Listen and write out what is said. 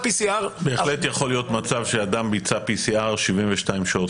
בהחלט יכול להיות שאדם ביצע PCR 72 שעות